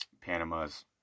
Panama's